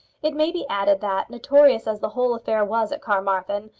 it may be added that, notorious as the whole affair was at carmarthen,